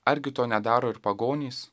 argi to nedaro ir pagonys